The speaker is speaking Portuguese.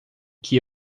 que